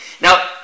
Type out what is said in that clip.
Now